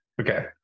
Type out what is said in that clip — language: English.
Okay